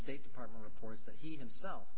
state department reports that he himself